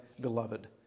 beloved